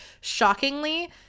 Shockingly